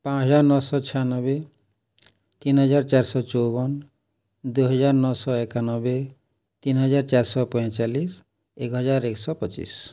ପାଞ୍ଚ ହଜାର ନଅଶହ ଛୟାନବେ ତିନି ହଜାର ଚାରିଶହ ଚଉବନ ଦୁଇ ହଜାର ନଅଶହ ଏକାନବେ ତିନି ହଜାର ଚାରିଶହ ପଇଁଚାଳିଶ ଏକ ହଜାର ଏକ ଶହ ପଚିଶ